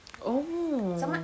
oh